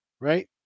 right